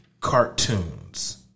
cartoons